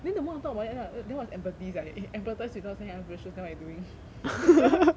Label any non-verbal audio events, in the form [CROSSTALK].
then the more I thought about it then I then what's empathy sia eh empathize without standing in other people's shoes then what you doing [LAUGHS]